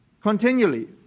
Continually